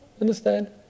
Understand